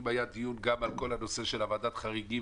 אם היה דיון גם על כל הנושא של ועדת החריגים,